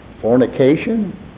fornication